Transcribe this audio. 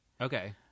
Okay